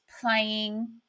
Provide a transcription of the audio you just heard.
playing